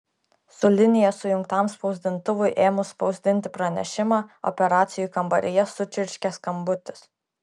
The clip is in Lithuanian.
su linija sujungtam spausdintuvui ėmus spausdinti pranešimą operacijų kambaryje sučirškė skambutis